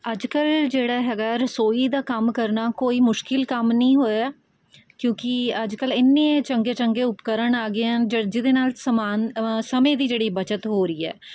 ਅੱਜ ਕੱਲ੍ਹ ਜਿਹੜਾ ਹੈਗਾ ਰਸੋਈ ਦਾ ਕੰਮ ਕਰਨਾ ਕੋਈ ਮੁਸ਼ਕਿਲ ਕੰਮ ਨਹੀਂ ਹੋਇਆ ਕਿਉਂਕਿ ਅੱਜ ਕੱਲ੍ਹ ਇੰਨੇ ਚੰਗੇ ਚੰਗੇ ਉਪਕਰਨ ਆ ਗਏ ਆ ਜਿਹਦੇ ਨਾਲ਼ ਸਮਾਨ ਸਮੇਂ ਦੀ ਜਿਹੜੀ ਬੱਚਤ ਹੋ ਰਹੀ ਹੈ